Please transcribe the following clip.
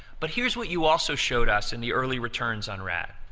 but here's what you also showed us in the early returns on rad.